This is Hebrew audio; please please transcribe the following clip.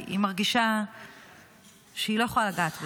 כי היא מרגישה שהיא לא יכולה לגעת בזה.